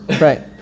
Right